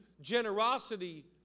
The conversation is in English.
generosity